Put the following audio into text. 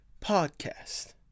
Podcast